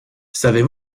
savez